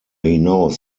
hinaus